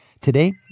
Today